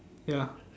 ya